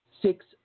six